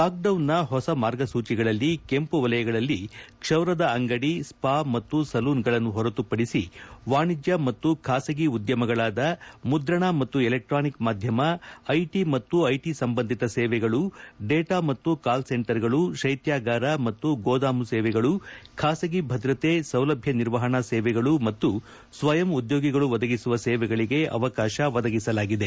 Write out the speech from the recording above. ಲಾಕ್ಡೌನ್ನ ಹೊಸ ಮಾರ್ಗಸೂಚಿಗಳಲ್ಲಿ ಕೆಂಪು ವಲಯಗಳಲ್ಲಿ ಕ್ಷಾರದ ಅಂಗಡಿಗಳು ಸ್ವಾ ಮತ್ತು ಸಲೂನ್ಗಳನ್ನು ಹೊರತು ಪಡಿಸಿ ವಾಣಿಜ್ಯ ಮತ್ತು ಖಾಸಗಿ ಉದ್ಯಮಗಳಾದ ಮುದ್ರಣ ಮತ್ತು ಎಲೆಕ್ಟಾನಿಕ್ ಮಾಧ್ಯಮ ಐಟಿ ಮತ್ತು ಐಟಿ ಸಂಬಂಧಿತ ಸೇವೆಗಳು ಡೇಟಾ ಮತ್ತು ಕಾಲ್ ಸೆಂಟರ್ಗಳು ಶೈತ್ಯಾಗಾರ ಮತ್ತು ಗೋದಾಮು ಸೇವೆಗಳು ಖಾಸಗಿ ಭದ್ರತೆ ಸೌಲಭ್ಯ ನಿರ್ವಹಣಾ ಸೇವೆಗಳು ಮತ್ತು ಸ್ವಯಂ ಉದ್ಯೋಗಿಗಳು ಒದಗಿಸುವ ಸೇವೆಗಳಿಗೆ ಅವಕಾಶ ಒದಗಿಸಲಾಗಿದೆ